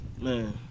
man